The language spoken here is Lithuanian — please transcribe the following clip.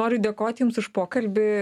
noriu dėkot jums už pokalbį